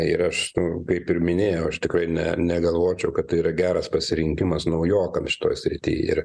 ir aš nu kaip ir minėjau aš tikrai ne negalvočiau kad tai yra geras pasirinkimas naujokams šitoj srity ir